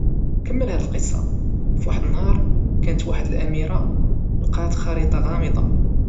كمل هاد القصة، كانت واحد الأميرة لقات خريطة غامضة.